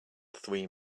three